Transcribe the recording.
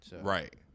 Right